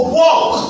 walk